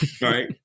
right